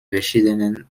verschiedenen